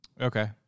Okay